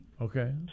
Okay